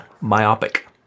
myopic